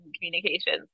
Communications